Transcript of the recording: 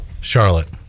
Charlotte